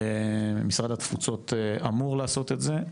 משרד התפוצות אמור לעשות את זה,